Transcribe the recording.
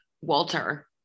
Walter